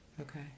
Okay